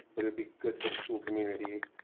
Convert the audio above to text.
but it'll be good for the school community.